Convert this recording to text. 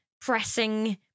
pressing